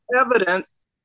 evidence